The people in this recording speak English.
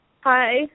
Hi